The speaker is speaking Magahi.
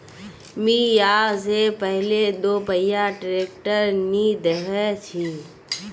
मी या से पहले दोपहिया ट्रैक्टर नी देखे छी